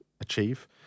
achieve